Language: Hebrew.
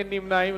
אין נמנעים.